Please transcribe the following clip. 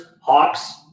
Hawks